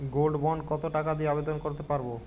Gold bond কত টাকা দিয়ে আবেদন করতে পারবো?